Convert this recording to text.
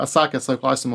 atsakė sau į klausimą